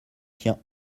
tient